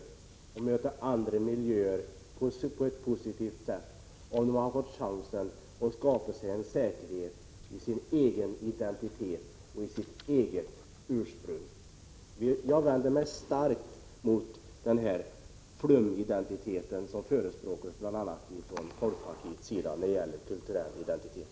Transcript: De kan möta andra miljöer på ett positivare sätt, om de har fått chansen att skapa sig en säkerhet i sin egen identitet och i sitt eget ursprung. Jag vänder mig starkt mot den flumidentitet som förespråkas bl.a. från folkpartiets sida när det gäller kulturidentitet.